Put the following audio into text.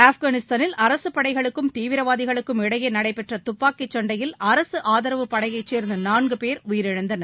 ஆப்கானிஸ்தானில் அரசுப் படைகளுக்கும் தீவிரவாதிகளுக்கும் இடையேநடைபெற்றதுப்பாக்கிச் சண்டையில் அரசுஆதரவுப் படையைச் சேர்ந்தநான்குபேர் உயிரிழந்தனர்